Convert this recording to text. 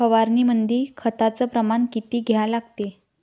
फवारनीमंदी खताचं प्रमान किती घ्या लागते?